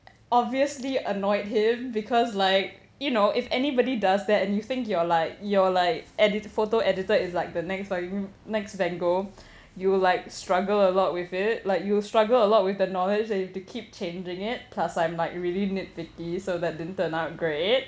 obviously annoyed him because like you know if anybody does that and you think you're like you're like edi~ the photo editor is like the next van~ next van gogh you will like struggle a lot with it like you'll struggle a lot with the knowledge that you have to keep changing it plus I'm like really nit picky so that didn't turn out great